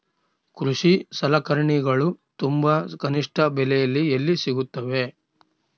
ಕೃಷಿ ಸಲಕರಣಿಗಳು ತುಂಬಾ ಕನಿಷ್ಠ ಬೆಲೆಯಲ್ಲಿ ಎಲ್ಲಿ ಸಿಗುತ್ತವೆ?